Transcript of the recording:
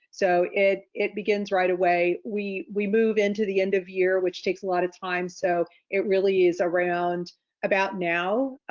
so it it begins right away, we we move into the end of year, which takes a lot of time. so it really is around about now,